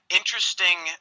interesting